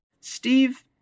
Steve